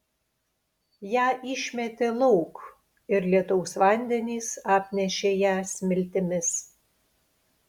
ją išmetė lauk ir lietaus vandenys apnešė ją smiltimis